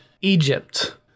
Egypt